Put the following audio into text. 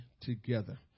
together